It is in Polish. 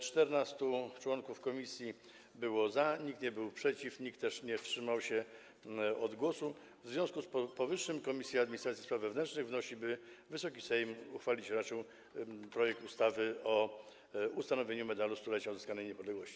14 członków komisji było za, nikt nie był przeciw, nikt też nie wstrzymał się od głosu, w związku z powyższym Komisja Administracji i Spraw Wewnętrznych wnosi, by Wysoki Sejm uchwalić raczył projekt ustawy o ustanowieniu Medalu Stulecia Odzyskanej Niepodległości.